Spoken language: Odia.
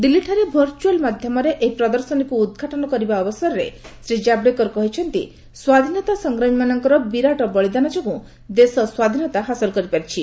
ଦିଲ୍ଲୀଠାରେ ଭର୍ଚୁଆଲ୍ ମାଧ୍ୟମରେ ଏହି ପ୍ରଦର୍ଶନୀକୁ ଉଦ୍ଘାଟନ କରିବା ଅବସରରେ ଶ୍ରୀ ଜାବଡେକର କହିଛନ୍ତି ସ୍ୱାଧୀନତା ସଂଗ୍ରାମୀମାନଙ୍କର ବିରାଟ ବଳୀଦାନ ଯୋଗୁଁ ଦେଶ ସ୍ୱାଧୀନତା ହାସଲ କରିପାରିଛି